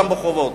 גם בחובות.